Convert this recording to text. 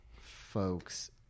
folks